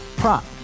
prop